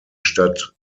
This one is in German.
stadt